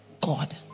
God